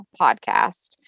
podcast